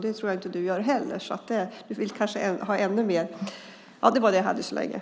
Det tror jag inte att du gör heller.